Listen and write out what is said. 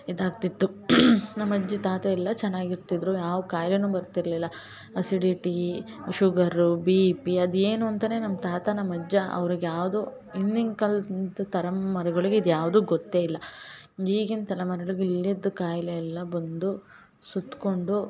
ಇದಾಗ್ತಿತ್ತು ನಮ್ಮ ಅಜ್ಜಿ ತಾತ ಎಲ್ಲ ಚೆನ್ನಾಗಿರ್ತಿದ್ರು ಯಾವ ಕಾಯ್ಲೆಯೂ ಬರ್ತಿರಲಿಲ್ಲ ಅಸಿಡಿಟೀ ಶುಗರು ಬಿ ಪಿ ಅದು ಏನು ಅಂತಲೇ ನಮ್ಮ ತಾತ ನಮ್ಮ ಅಜ್ಜ ಅವ್ರಿಗೆ ಯಾವುದೂ ಇಂದಿನ ಕಾಲ್ದ ಇದು ತರಮ್ಮಾರುಗಳಿಗೆ ಇದ್ಯಾವುದೂ ಗೊತ್ತೇ ಇಲ್ಲ ಈಗಿನ ತಲೆಮಾರುಗಳಿಗೆ ಇಲ್ದಿದ್ದ ಕಾಯಿಲೆ ಎಲ್ಲ ಬಂದು ಸುತ್ತುಕೊಂಡು